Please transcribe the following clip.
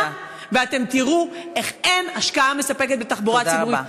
ואתם תראו איך אין השקעה מספקת בתחבורה ציבורית.